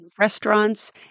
restaurants